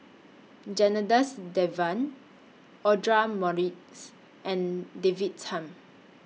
Janadas Devan Audra Morrice and David Tham